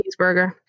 cheeseburger